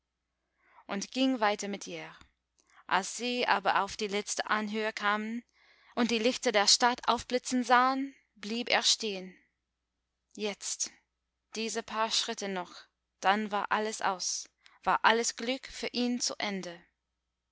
und ging weiter mit ihr als sie aber auf die letzte anhöhe kamen und die lichter der stadt aufblitzen sahen blieb er stehen jetzt diese paar schritte noch dann war alles aus war alles glück für ihn zu ende